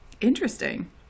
interesting